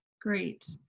great